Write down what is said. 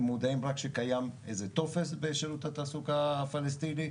הם מודעים רק שקיים איזה טופס בשירות התעסוקה הפלסטיני,